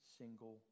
single